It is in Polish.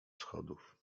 schodów